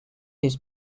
his